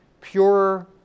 purer